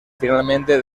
finalmente